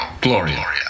Gloria